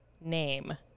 name